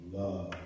love